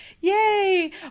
yay